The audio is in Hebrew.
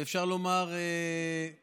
ואפשר לומר בדיעבד,